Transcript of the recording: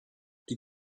die